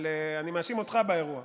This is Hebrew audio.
אני מאשים אותך באירוע,